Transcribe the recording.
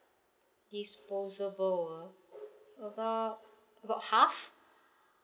disposable uh about about half